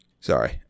sorry